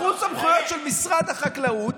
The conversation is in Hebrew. לקחו סמכויות של משרד החקלאות,